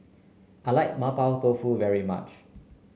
I like Mapo Tofu very much